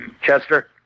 Chester